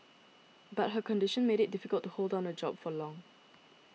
but her condition made it difficult to hold down a job for long